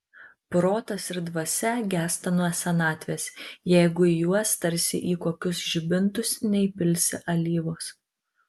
protas ir dvasia gęsta nuo senatvės jeigu į juos tarsi į kokius žibintus neįpilsi alyvos